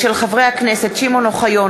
הצעת חברי הכנסת שמעון אוחיון,